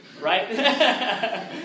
right